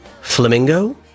Flamingo